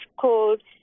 called